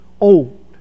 old